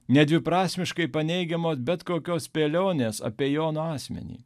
nedviprasmiškai paneigiamos bet kokios spėlionės apie jono asmenį